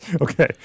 Okay